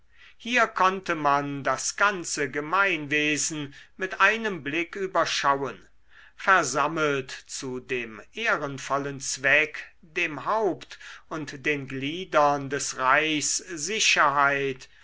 hier konnte man das ganze gemeinwesen mit einem blick überschauen versammelt zu dem ehrenvollen zweck dem haupt und den gliedern des reichs sicherheit